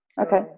Okay